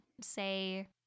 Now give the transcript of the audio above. say